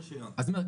אז אני אומר,